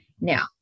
Now